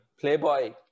Playboy